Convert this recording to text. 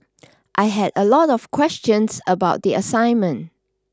I had a lot of questions about the assignment